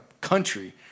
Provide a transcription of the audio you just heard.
country